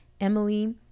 Emily